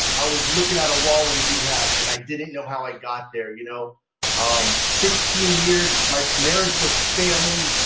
i was looking at a wall in rehab, and i didn't know how i got there. you know um sixteen years my marriage was failing,